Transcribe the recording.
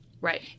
right